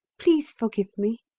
please forgive me.